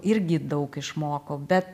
irgi daug išmokau bet